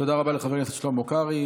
תודה רבה לחבר הכנסת שלמה קרעי.